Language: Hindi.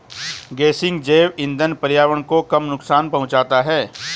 गेसिंग जैव इंधन पर्यावरण को कम नुकसान पहुंचाता है